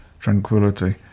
tranquility